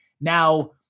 Now